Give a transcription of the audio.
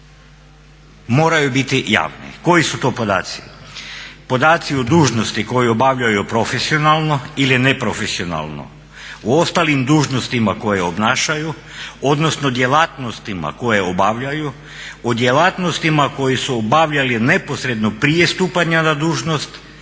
moraju biti javni. Koji su to podaci? Podaci o dužnosti koju obavljaju profesionalno ili neprofesionalno, o ostalim dužnostima koje obnašaju odnosno djelatnostima koje obavljaju, o djelatnostima koje su obavljali neposredno prije stupanja na dužnost